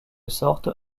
sorte